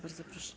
Bardzo proszę.